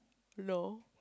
law